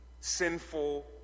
sinful